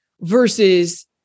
versus